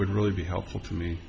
would really be helpful to me